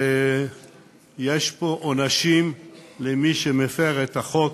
ויש פה עונשים למי שמפר את החוק,